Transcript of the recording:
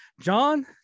john